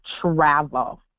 travel